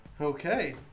Okay